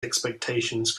expectations